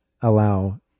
allow